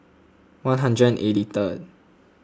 one hundred and eighty third